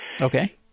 Okay